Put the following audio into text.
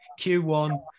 Q1